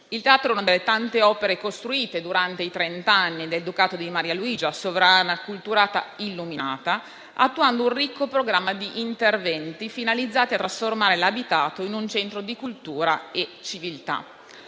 Il teatro è una delle tante opere costruite durante i trent'anni del Ducato di Maria Luigia, sovrana acculturata e illuminata, attuando un ricco programma di interventi finalizzati a trasformare l'abitato in un centro di cultura e civiltà.